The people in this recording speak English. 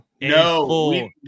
No